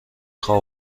خواب